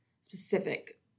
specific